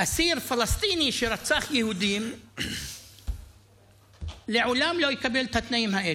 אסיר פלסטיני שרצח יהודים לעולם לא יקבל את התנאים האלה.